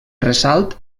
ressalt